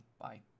Bye